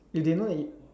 if they know that you